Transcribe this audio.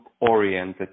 oriented